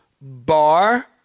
Bar